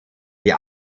die